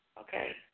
okay